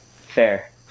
Fair